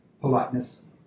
politeness